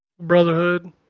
Brotherhood